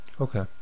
Okay